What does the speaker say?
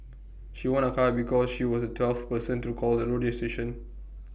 she won A car because she was the twelfth person to call the radio station